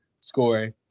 scoring